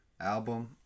album